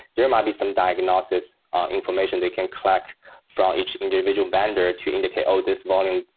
there might be some diagnosis ah information they can collect for um each individual vendor to indicate, oh, this volume,